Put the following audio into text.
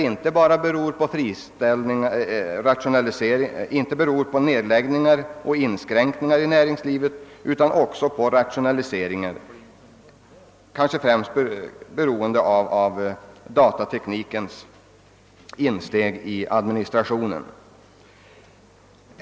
Jämför vi perioden 1 januari —Sseptember 1966 med samma period i år finner vi att arbetslösheten bland tjänstemän ökat med inte mindre än 80 procent.